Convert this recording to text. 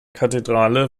kathedrale